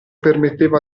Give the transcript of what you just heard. permetteva